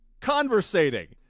conversating